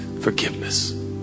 forgiveness